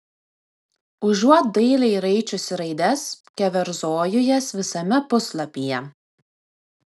užuot dailiai raičiusi raides keverzoju jas visame puslapyje